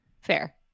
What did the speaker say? Fair